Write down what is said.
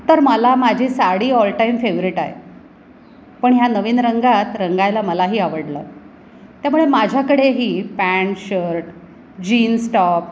तर मला माझी साडी ऑलटाईम फेवरेट आहे पण ह्या नवीन रंगात रंगायला मलाही आवडलं त्यामुळे माझ्याकडेही पँट शर्ट जीन्स टॉप